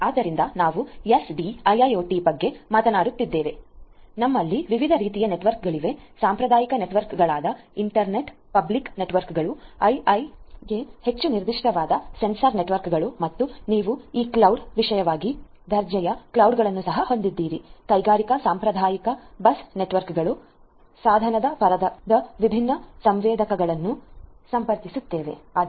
ಆದ್ದರಿಂದ ನಾವು ಎಸ್ಡಿಐಐಒಟಿSDIIoT ಬಗ್ಗೆ ಮಾತನಾಡುತ್ತಿದ್ದರೆ ನಮ್ಮಲ್ಲಿ ವಿವಿಧ ರೀತಿಯ ನೆಟ್ವರ್ಕ್ಗಳಿವೆ ಸಾಂಪ್ರದಾಯಿಕ ನೆಟ್ವರ್ಕ್ಗಳಾದ ಇಂಟರ್ನೆಟ್ ಪಬ್ಲಿಕ್ ನೆಟ್ವರ್ಕ್ಗಳು ಐಒಒಟಿಗೆIIoT ಹೆಚ್ಚು ನಿರ್ದಿಷ್ಟವಾದ ಸೆನ್ಸಾರ್ ನೆಟ್ವರ್ಕ್ಗಳು ಮತ್ತು ನೀವು ಈ ಕ್ಲೌಡ್ ವಿಶೇಷವಾಗಿ ಉದ್ಯಮ ದರ್ಜೆಯ ಕ್ಲೌಡ್ಗಳ್ಳನ್ನುcloud ಸಹ ಹೊಂದಿದ್ದೀರಿ ಕೈಗಾರಿಕಾ ಸಾಂಪ್ರದಾಯಿಕ ಬಸ್ ನೆಟ್ವರ್ಕ್ಗಳು ಸಾಧನದ ಪದರದಲ್ಲಿ ವಿಭಿನ್ನ ಸೆನ್ಸರ್ಗಳನ್ನು ಸಂಪರ್ಕಿಸುತ್ತವೆ ಮತ್ತು ಹೀಗೆ